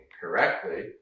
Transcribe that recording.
correctly